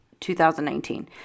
2019